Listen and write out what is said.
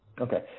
Okay